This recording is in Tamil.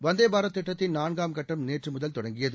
வந்தே பாரத் திட்டத்தின் நான்காம் கட்டம் நேற்று முதல் தொடங்கியது